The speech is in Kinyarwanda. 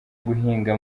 guhinga